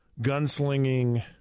gunslinging